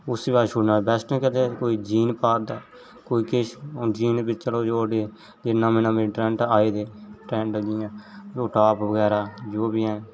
उसी अस छुड़ने बाद वेस्टर्न कदें कोई जीन पा दा कोई किश हून जीन बी चलो जो बी ऐ जे नमें नमें ट्रेंड आये हे ट्रेंड जि'यां ओह् टॉप बगैरा जो बी हैन